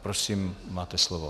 Prosím, máte slovo.